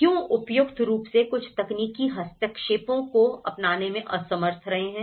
हम क्यों उपयुक्त रूप से कुछ तकनीकी हस्तक्षेपों को अपनाने में असमर्थ रहे हैं